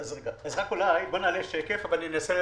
אולי נעלה שקף ואני אנסה להסביר.